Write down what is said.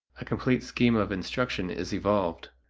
a complete scheme of instruction is evolved.